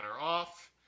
off